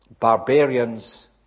barbarians